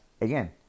again